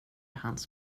hans